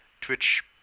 Twitch